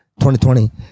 2020